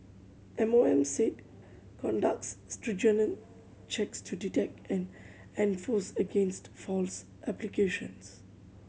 M O M said conducts stringent checks to detect and enforce against false applications